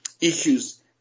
issues